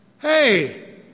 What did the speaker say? hey